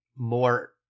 more